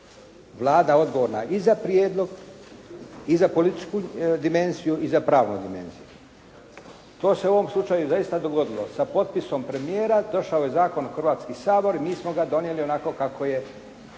Vlada odgovorna i za prijedlog i za političku dimenziju i za pravnu dimenziju. To se u ovom slučaju zaista dogodilo. Sa potpisom premijera došao je zakon u Hrvatski sabor i mi smo ga donijeli onako kako je